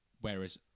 Whereas